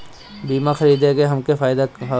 बीमा खरीदे से हमके का फायदा होई?